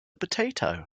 potato